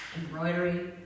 embroidery